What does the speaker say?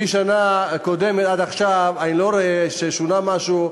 מהשנה הקודמת עד עכשיו, אני לא רואה ששונה משהו.